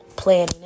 planning